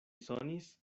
sonis